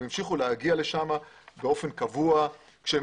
הם המשיכו להגיע לשם באופן קבוע כשהם